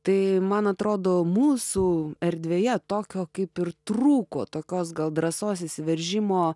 tai man atrodo mūsų erdvėje tokio kaip ir trūko tokios gal drąsos įsiveržimo